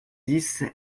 dix